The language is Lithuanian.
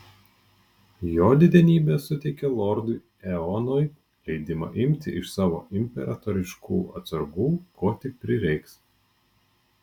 jo didenybė suteikė lordui eonui leidimą imti iš savo imperatoriškų atsargų ko tik prireiks